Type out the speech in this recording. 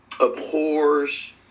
abhors